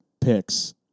picks